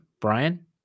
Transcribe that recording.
Brian